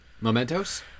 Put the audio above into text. Mementos